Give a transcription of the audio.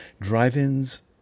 drive-ins